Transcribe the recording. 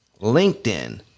LinkedIn